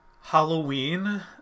Halloween